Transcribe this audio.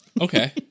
Okay